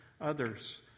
others